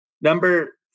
Number